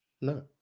No